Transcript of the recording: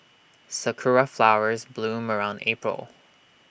Sakura Flowers bloom around April